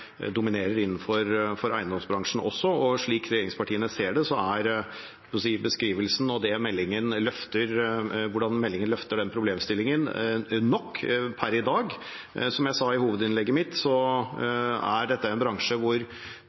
dominerer innenfor eiendomsbransjen også. Slik regjeringspartiene ser det, er beskrivelsen, hvordan meldingen løfter den problemstillingen, nok per i dag. Som jeg sa i hovedinnlegget mitt, er dette en bransje hvor